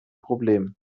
problem